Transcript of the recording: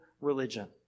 religion